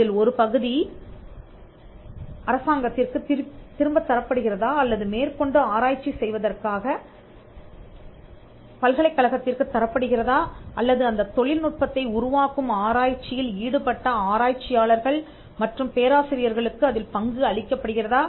அதில் ஒரு பகுதி அரசாங்கத்திற்குத் திரும்பத் தரப்படுகிறதா அல்லது மேற்கொண்டு ஆராய்ச்சி செய்வதற்காக பல்கலைக்கழகத்திற்குத் தரப்படுகிறதா அல்லது அந்தத் தொழில்நுட்பத்தை உருவாக்கும் ஆராய்ச்சியில் ஈடுபட்ட ஆராய்ச்சியாளர்கள் மற்றும் பேராசிரியர்களுக்கு அதில் பங்கு அளிக்கப்படுகிறதா